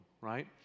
right